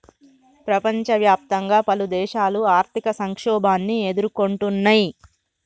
ప్రపంచవ్యాప్తంగా పలుదేశాలు ఆర్థిక సంక్షోభాన్ని ఎదుర్కొంటున్నయ్